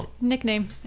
nickname